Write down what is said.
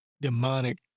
demonic